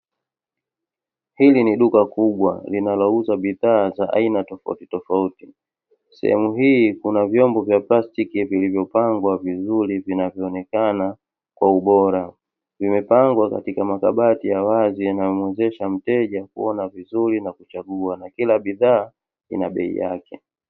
Hili ni duka kubwa linalouza bidhaa za aina tofautitofauti. Sehemu hii kuna vyombo vya plastiki vilivyopangwa vizuri vinavyoonekana kwa ubora. Vimepangwa katika makabati ya wazi yanayomuwezesha mteja kuona vizuri na kuchagua, na kila bidhaa ina bei yake.